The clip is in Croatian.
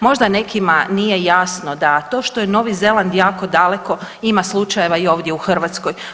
Možda nekima nije jasno da to što je Novi Zeland jako daleko ima slučajeva i ovdje u Hrvatskoj.